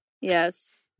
Yes